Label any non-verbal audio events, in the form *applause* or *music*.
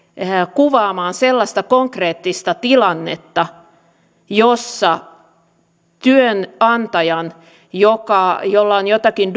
kuvaamaan sellaista konkreettista tilannetta jossa työnantajan jolla on joitakin *unintelligible*